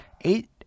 eight